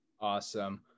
Awesome